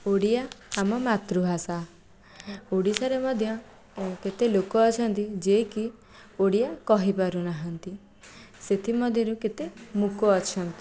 ଓଡ଼ିଆ ଆମ ମାତୃଭାଷା ଓଡ଼ିଶାରେ ମଧ୍ୟ କେତେ ଲୋକ ଅଛନ୍ତି ଯିଏକି ଓଡ଼ିଆ କହିପାରୁ ନାହାଁନ୍ତି ସେଥିମଧ୍ୟରୁ କେତେ ମୂକ ଅଛନ୍ତି